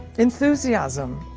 enthusiasm.